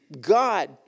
God